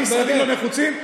באמת.